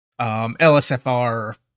LSFR